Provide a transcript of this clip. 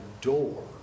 door